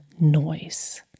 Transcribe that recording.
noise